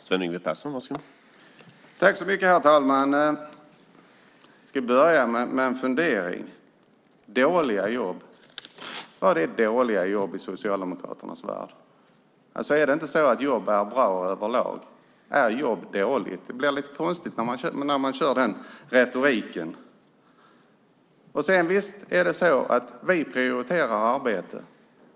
Herr talman! Jag ska börja med en fundering om dåliga jobb. Vad är dåliga jobb i Socialdemokraternas värld? Är det inte så att jobb är bra överlag? Är jobb dåligt? Det blir lite konstigt när man kör med den retoriken. Visst är det så att vi prioriterar arbete.